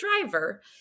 driver